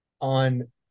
on